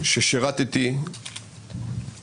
הממשלה לקראת הרכבת הממשלה